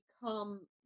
become